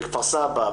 בכפר סבא,